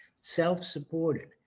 self-supported